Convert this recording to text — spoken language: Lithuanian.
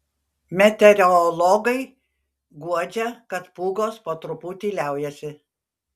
meteorologai guodžia kad pūgos po truputį liaujasi